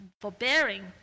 forbearing